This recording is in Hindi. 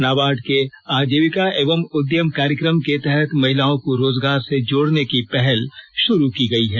नाबार्ड के आजीविका एवं उद्यम कार्यक्रम के तहत महिलाओं को रोजगार से जोड़ने की पहल शुरू की गई है